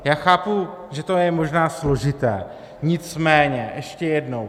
Já chápu, že to je možná složité, nicméně ještě jednou.